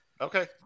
Okay